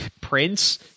Prince